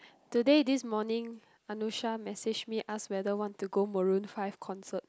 today this morning Anusha message me ask whether want to go Maroon five concert